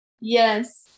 Yes